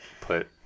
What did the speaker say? put